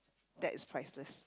that is priceless